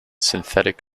synthetic